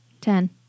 Ten